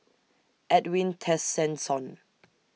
Edwin Tessensohn